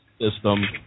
system